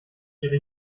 ihre